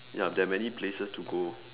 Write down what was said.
ya there are many places to go